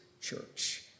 church